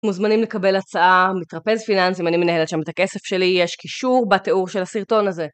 מוזמנים לקבל הצעה, מטרפז פיננסים, אני מנהלת שם את הכסף שלי, יש קישור בתיאור של הסרטון הזה.